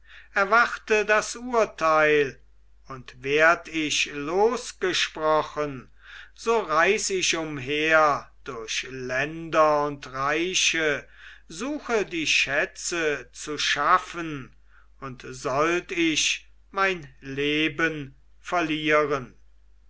erwarte das urteil und werd ich losgesprochen so reis ich umher durch länder und reiche suche die schätze zu schaffen und sollt ich mein leben verlieren